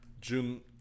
June